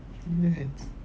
with your hands